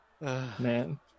Man